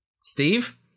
Steve